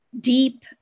deep